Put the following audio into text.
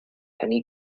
any